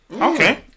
Okay